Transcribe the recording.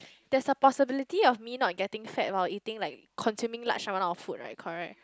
that's a possibility of me not getting fat while eating like containing large one of food right correct